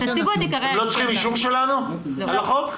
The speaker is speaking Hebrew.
אתם לא צריכים אישור שלנו על החוק?